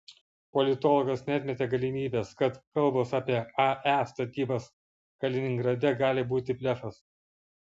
politologas neatmetė galimybės kad kalbos apie ae statybas kaliningrade gali būti blefas